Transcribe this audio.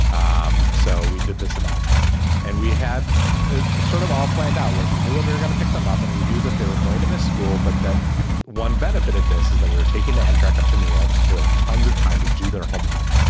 um so we did this event and we had ah sort of all planned out like we knew when we were going to pick them up and we knew that they were going to miss school. but that one benefit of this is that we were taking the amtrak up to new york city would have tons of time to do their homework.